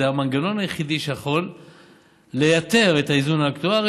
זה המנגנון היחידי שיכול לייתר את האיזון האקטוארי,